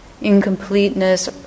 incompleteness